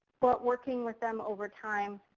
but working with them over time,